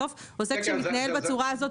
בסוף עוסק שמתנהל בצורה הזאת,